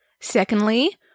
Secondly